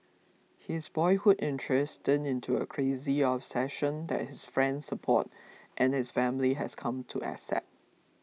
his boyhood interest turned into a crazy obsession that his friends support and his family has come to accept